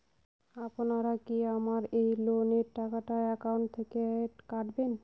আপনারা কি আমার এই লোনের টাকাটা একাউন্ট থেকে কাটবেন?